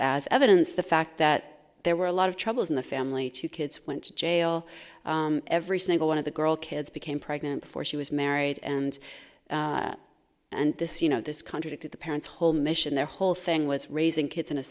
as evidence the fact that there were a lot of troubles in the family two kids went to jail every single one of the girl kids became pregnant before she was married and and this you know this contradicted the parents whole mission their whole thing was raising kids in a